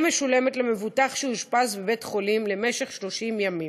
משולמת למבוטח שאושפז בבית-חולים למשך 30 ימים.